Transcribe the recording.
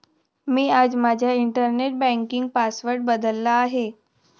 मी आज माझा internet banking password बदलला आहे